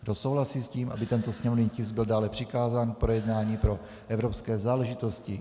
Kdo souhlasí s tím, aby tento sněmovní tisk byl dále přikázán k projednání pro evropské záležitosti.